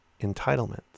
entitlements